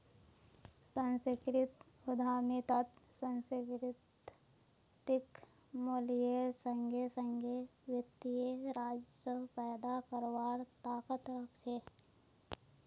सांस्कृतिक उद्यमितात सांस्कृतिक मूल्येर संगे संगे वित्तीय राजस्व पैदा करवार ताकत रख छे